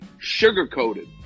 sugar-coated